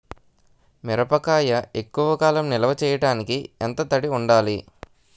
మిరపకాయ ఎక్కువ కాలం నిల్వ చేయటానికి ఎంత తడి ఉండాలి?